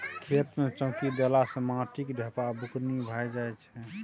खेत मे चौकी देला सँ माटिक ढेपा बुकनी भए जाइ छै